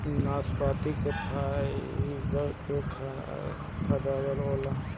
नाशपाती में फाइबर के खजाना होला